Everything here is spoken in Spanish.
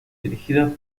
dirigidas